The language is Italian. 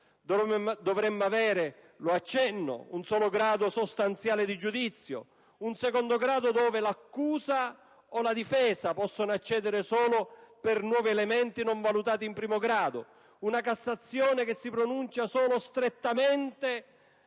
Dovremmo avere - lo accenno - un solo grado sostanziale di giudizio, un secondo grado dove l'accusa o la difesa possono accedere solo per nuovi elementi non valutati in primo grado, una Cassazione che si pronuncia solo strettamente